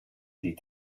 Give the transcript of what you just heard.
die